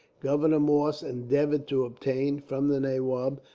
governor morse endeavoured to obtain, from the nawab,